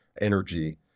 energy